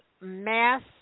mass